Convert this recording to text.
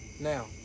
Now